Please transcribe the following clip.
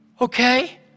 okay